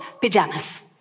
pajamas